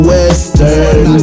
Western